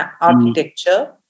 Architecture